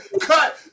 cut